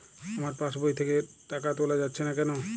আমার পাসবই থেকে টাকা তোলা যাচ্ছে না কেনো?